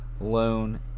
loan